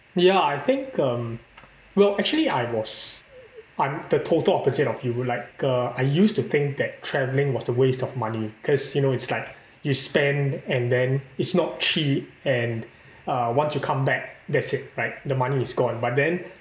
ya I think um well actually I was I'm the total opposite of you like uh I used to think that travelling was a waste of money cause you know it's like you spend and then it's not cheap and uh once you come back that's it right the money is gone but then